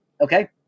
Okay